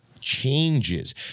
changes